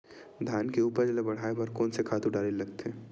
धान के उपज ल बढ़ाये बर कोन से खातु डारेल लगथे?